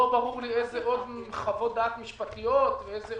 לא ברור לי איזה עוד חוות דעת משפטיות נדרשות.